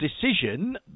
decision